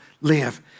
live